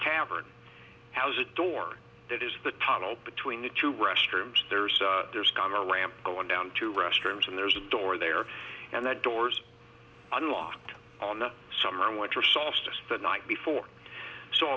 tavern has a door that is the tunnel between the two restrooms there's there's car rammed going down to restrooms and there's a door there and the doors unlocked on the summer winter solstice the night before so